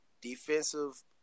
defensive